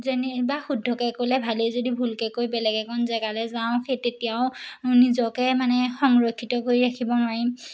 যেনিবা শুদ্ধকে ক'লে ভালেই যদি ভুলকে কৈ বেলেগ এখন জেগালে যাওঁ সেই তেতিয়াও নিজকে মানে সংৰক্ষিত কৰি ৰাখিব নোৱাৰিম